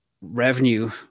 revenue